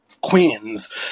Queens